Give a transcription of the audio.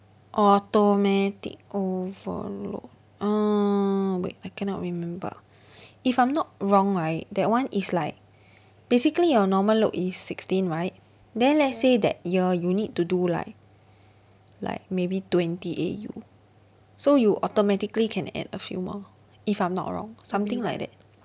automatic overload uh wait I cannot remember if I'm not wrong right that one is like basically your normal load is sixteen right then let's say that year you need to do like like maybe twenty A_U so you automatically can add a few more if I'm not wrong something like that